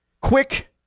quick